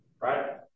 right